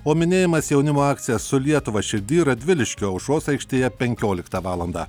o minėjimas jaunimo akcija su lietuva širdy radviliškio aušros aikštėje penkioliktą valandą